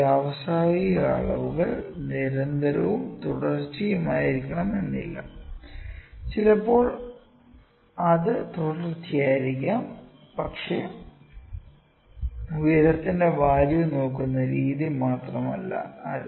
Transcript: വ്യാവസായിക അളവുകൾ നിരന്തരവും തുടർച്ചയും ആയിരിക്കണം എന്നില്ല ചിലപ്പോൾ അത് തുടർച്ചയായിരിക്കാം പക്ഷേ ഉയരത്തിന്റെ വാല്യൂ നോക്കുന്ന രീതി മാത്രമല്ല ഇത്